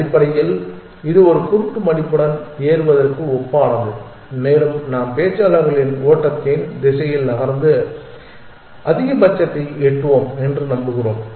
அடிப்படையில் இது ஒரு குருட்டு மடிப்புடன் ஏறுவதற்கு ஒப்பானது மேலும் நாம் பேச்சாளர்களின் ஓட்டத்தின் திசையில் நகர்ந்து அதிகபட்சத்தை எட்டுவோம் என்று நம்புகிறோம்